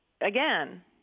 again